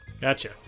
Gotcha